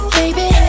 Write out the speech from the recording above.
baby